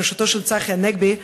בראשותו של צחי הנגבי,